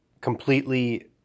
completely